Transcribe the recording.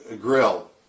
grill